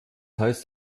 heißt